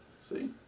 See